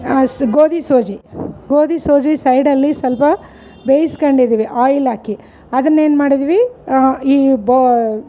us ಗೋಧಿಸೋಜಿ ಗೋಧಿಸೋಜಿ ಸೈಡಲ್ಲಿ ಸ್ವಲ್ಪ ಬೇಯಿಸ್ಕೊಂಡಿದಿವಿ ಆಯಿಲ್ಲಾಕಿ ಅದನ್ನು ಏನು ಮಾಡಿದ್ವಿ ಈ ಬಾಯ್